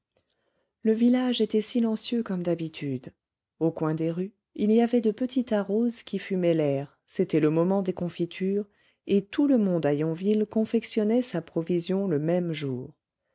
le village était silencieux comme d'habitude au coin des rues il y avait de petits tas roses qui fumaient l'air c'était le moment des confitures et tout le monde à yonville confectionnait sa provision le même jour